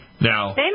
Now